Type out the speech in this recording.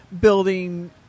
building